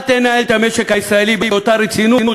אל תנהל את המשק הישראלי באותה רצינות